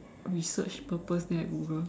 research purpose then I Google